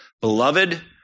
Beloved